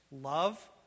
love